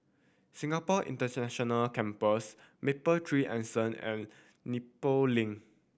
Singapore International Campus Mapletree Anson and Nepal Link